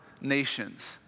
nations